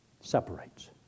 separates